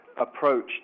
approach